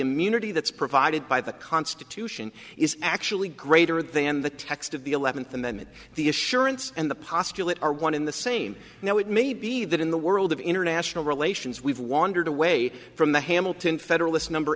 immunity that's provided by the constitution is actually greater than the text of the eleventh amendment the assurance and the postulate are one in the same now it may be that in the world of international relations we've wandered away from the hamilton federalist number